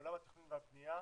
מעולם התכנון והבנייה,